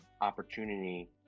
opportunity